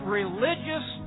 religious